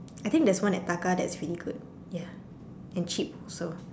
I think there's one at Taka that's really good and cheap also